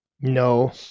No